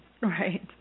Right